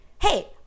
hey